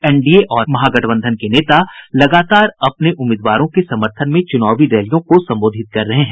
NDA और महागठबंधन के नेता लगातार अपने उम्मीदवारों के समर्थन में चुनावी रैलियों को संबोधित कर रहे हैं